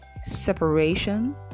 separation